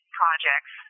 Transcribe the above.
projects